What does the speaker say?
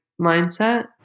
mindset